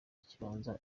kibanza